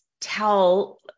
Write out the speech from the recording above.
tell